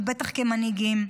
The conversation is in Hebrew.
ובטח כמנהיגים.